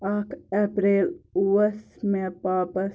اکھ اپریل اوس مےٚ پاپَس